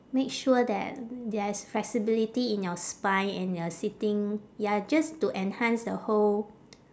make sure that there is flexibility in your spine and your sitting ya just to enhance the whole